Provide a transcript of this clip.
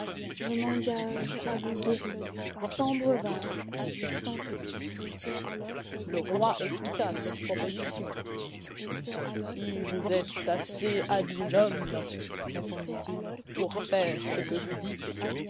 je m'engage à vous guérir sans breuvage et sans topiques le roi écouta cette proposition si vous êtes assez habile homme répondit-il pour faire ce que vous dites